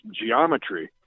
geometry